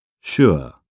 Sure